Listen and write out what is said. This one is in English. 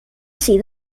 see